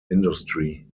industry